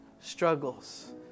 struggles